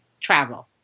travel